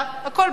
הכול בסדר.